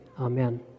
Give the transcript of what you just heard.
amen